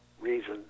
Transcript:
reason